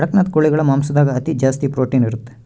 ಕಡಖ್ನಾಥ್ ಕೋಳಿಗಳ ಮಾಂಸದಾಗ ಅತಿ ಜಾಸ್ತಿ ಪ್ರೊಟೀನ್ ಇರುತ್ತೆ